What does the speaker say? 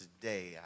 today